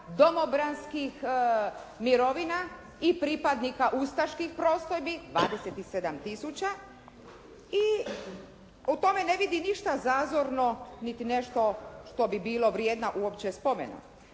domobranskih mirovina i pripadnika ustaških postrojbi, 27 tisuća i u tome ne vidi ništa zazorno niti nešto što bi bilo vrijedna uopće spomena.